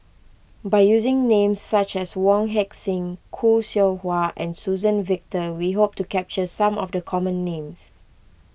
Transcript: by using names such as Wong Heck Sing Khoo Seow Hwa and Suzann Victor we hope to capture some of the common names